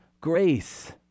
grace